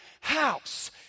house